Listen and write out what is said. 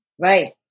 right